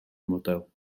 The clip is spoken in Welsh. model